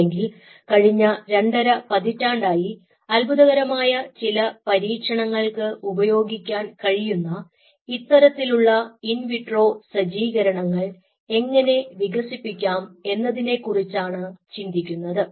അല്ലെങ്കിൽ കഴിഞ്ഞ രണ്ടര പതിറ്റാണ്ടായി അത്ഭുതകരമായ ചില പരീക്ഷണങ്ങൾക്ക് ഉപയോഗിക്കാൻ കഴിയുന്ന ഇത്തരത്തിലുള്ള ഇൻ വിട്രോ സജ്ജീകരണങ്ങൾ എങ്ങനെ വികസിപ്പിക്കാം എന്നതിനെക്കുറിച്ചാണ് ചിന്തിക്കുന്നത്